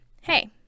hey